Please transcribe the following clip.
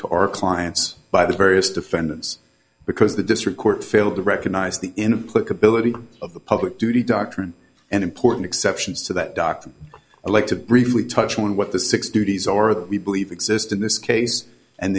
to our clients by the various defendants because the district court failed to recognize the implicit billeted of the public duty doctrine and important exceptions to that dr i like to briefly touch on what the six duties are that we believe exist in this case and